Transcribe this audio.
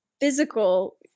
physical